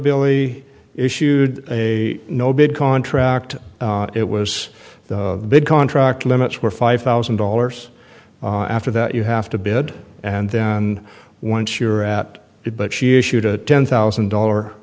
billie issued a no bid contract it was the big contract limits were five thousand dollars after that you have to bid and then once you're at it but she issued a ten thousand dollar